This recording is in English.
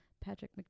Patrick